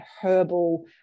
herbal